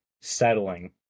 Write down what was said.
settling